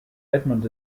edmund